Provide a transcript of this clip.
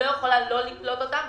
היא לא יכולה לא לקלוט אותם,